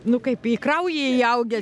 nu kaip į kraują įaugę